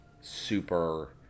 super